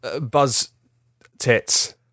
Buzz-Tits